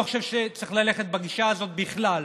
לא חושב שצריך ללכת בגישה הזאת בכלל.